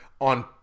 on